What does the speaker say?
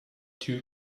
too